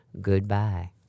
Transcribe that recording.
goodbye